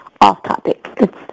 off-topic